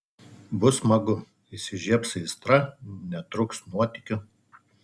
bus smagu įsižiebs aistra netrūks nuotykių